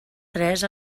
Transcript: tres